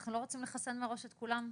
אנחנו לא רוצים לחסן מראש את כולם?